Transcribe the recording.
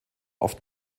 oft